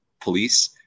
police